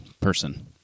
person